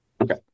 Okay